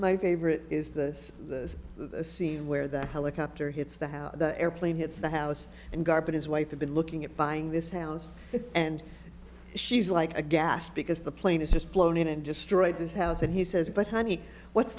my favorite is this the scene where the helicopter hits the house the airplane hits the house and garden his wife had been looking at buying this house and she's like a gas because the plane is just flown in and destroyed this house and he says but honey what's